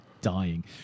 dying